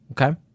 Okay